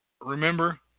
Remember